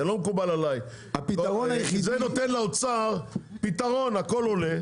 לא מקובל עליי, זה נותן לאוצר פתרון, הכול עולה.